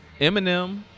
Eminem